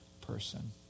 person